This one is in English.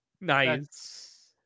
Nice